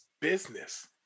business